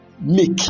make